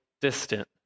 distant